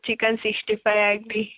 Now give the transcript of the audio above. chicken sixty five ಆಗಲಿ